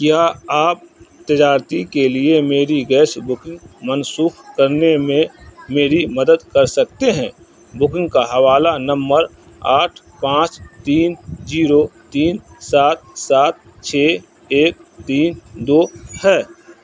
کیا آپ تجارت کے لیے میری گیس بکنگ منسوخ کرنے میں میری مدد کر سکتے ہیں بکنگ کا حوالہ نمبر آٹھ پانچ تین زیرو تین سات سات چھے ایک تین دو ہے